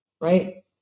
right